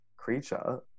creature